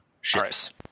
ships